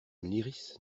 lyrisse